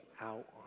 out